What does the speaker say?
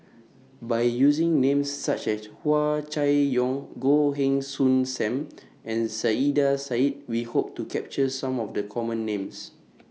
By using Names such as Hua Chai Yong Goh Heng Soon SAM and Saiedah Said We Hope to capture Some of The Common Names